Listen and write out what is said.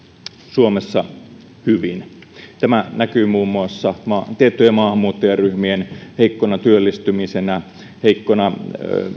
suomessa hyvin tämä näkyy muun muassa tiettyjen maahanmuuttajaryhmien heikkona työllistymisenä heikkona